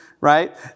right